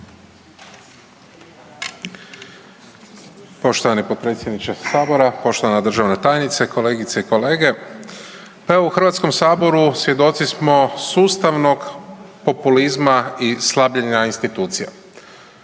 Poštovani potpredsjedniče sabora, poštovana državna tajnice, kolegice i kolege, pa evo u Hrvatskom saboru svjedoci smo sustavnog populizma i slabljenja institucija.